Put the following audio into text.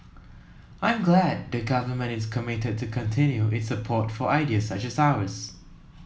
I'm glad the Government is committed to continue its support for ideas such as ours